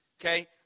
Okay